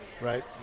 right